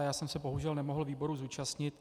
Já jsem se bohužel nemohl výboru zúčastnit.